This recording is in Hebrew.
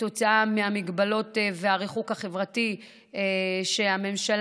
כתוצאה מההגבלות והריחוק החברתי שהממשלה